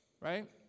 right